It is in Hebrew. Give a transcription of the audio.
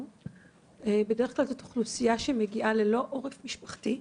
זו בדרך כלל אוכלוסייה שמגיעה ללא עורף משפחתי.